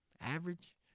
average